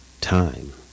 time